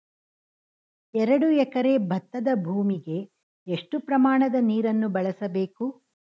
ಎರಡು ಎಕರೆ ಭತ್ತದ ಭೂಮಿಗೆ ಎಷ್ಟು ಪ್ರಮಾಣದ ನೀರನ್ನು ಬಳಸಬೇಕು?